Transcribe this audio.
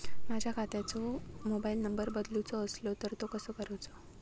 माझ्या खात्याचो mobile number बदलुचो असलो तर तो कसो करूचो?